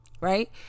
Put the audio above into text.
Right